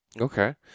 Okay